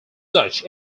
such